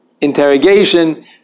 interrogation